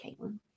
Caitlin